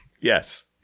Yes